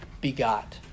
begot